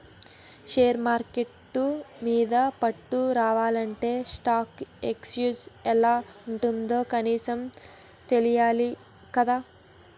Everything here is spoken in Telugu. షేర్ మార్కెట్టు మీద పట్టు రావాలంటే స్టాక్ ఎక్సేంజ్ ఎలా ఉంటుందో కనీసం తెలియాలి కదా